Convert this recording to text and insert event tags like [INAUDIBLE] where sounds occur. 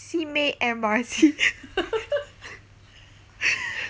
simei M_R_T [LAUGHS]